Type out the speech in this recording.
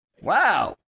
Wow